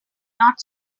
not